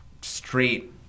straight